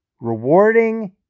rewarding